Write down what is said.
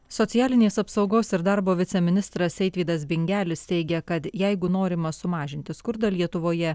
socialinės apsaugos ir darbo viceministras eitvydas bingelis teigia kad jeigu norima sumažinti skurdą lietuvoje